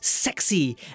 sexy